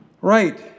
Right